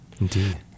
Indeed